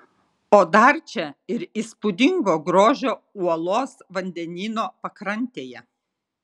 o dar čia ir įspūdingo grožio uolos vandenyno pakrantėje